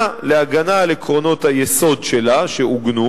להגנה על עקרונות היסוד שלה שעוגנו.